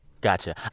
Gotcha